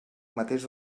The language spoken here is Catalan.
mateix